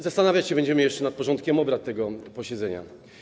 Zastanawiać się będziemy jeszcze nad porządkiem obrad tego posiedzenia.